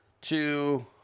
two